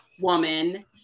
woman